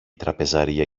τραπεζαρία